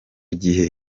gihe